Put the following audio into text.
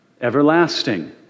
everlasting